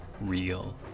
real